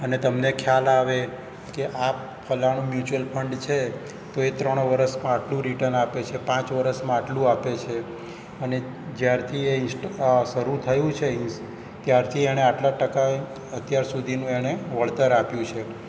અને તમને ખ્યાલ આવે કે આ ફલાણું ફંડ છે તો એ ત્રણ વરસમાં આટલું રિટન આપે છે પાંચ વરસમાં આટલું આપે છે અને જ્યારથી એ શરૂ થયું છે ત્યારથી એણે આટલા ટકાએ અત્યાર સુધીનું એણે વળતર આપ્યું છે